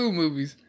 movies